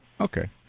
Okay